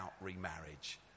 remarriage